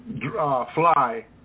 fly